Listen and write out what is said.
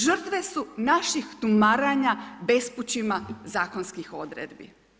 Žrtve su naših tumaranja bespućima zakonskih odredbi.